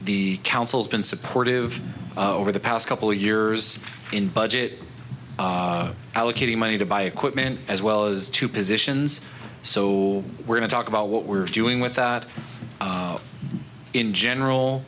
the council's been supportive over the past couple years in budget allocating money to buy equipment as well as two positions so we're going to talk about what we're doing with that in general